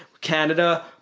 Canada